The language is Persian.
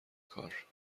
کار